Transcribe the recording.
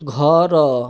ଘର